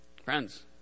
Friends